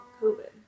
COVID